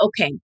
okay